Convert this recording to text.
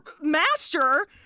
master